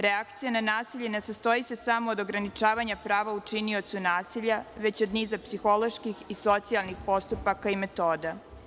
Reakcija na nasilje ne sastoji se samo od ograničavanja prava učiniocu nasilja već od niza psiholoških i socijalnih postupaka i metoda.